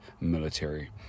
military